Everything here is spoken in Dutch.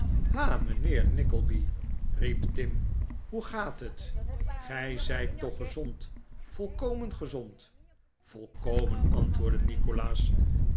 ha mijnheer nickleby riep tim hoe gaat het gij zijt toch gezond volkomen gezond volkomen antwoordde nikolaas